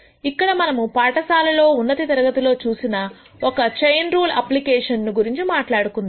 ఇక్కడ మనము పాఠశాల లో ఉన్నత తరగతి నుండి చూసిన ఒక చైన్ రూల్ అప్లికేషన్ను గురించి మాట్లాడుకుందాం